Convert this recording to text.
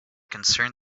concerned